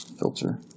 filter